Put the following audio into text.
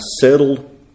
settled